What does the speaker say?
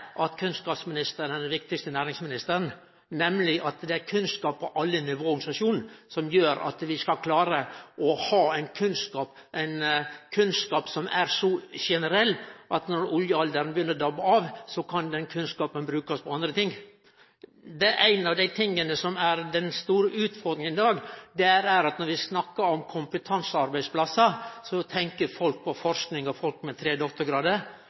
kunnskap på alle nivå i organisasjonen som gjer at vi skal klare å ha ein kunnskap som er så generell at når oljealderen begynner å dabbe av, kan den kunnskapen brukast på andre ting. Ei av dei store utfordringane i dag er at når vi snakkar om kompetansearbeidsplassar, så tenkjer folk på forsking og folk med tre